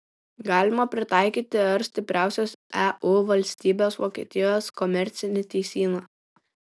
galima pritaikyti ir stipriausios eu valstybės vokietijos komercinį teisyną